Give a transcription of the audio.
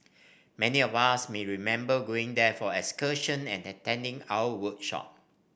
many of us may remember going there for excursions and attending our workshop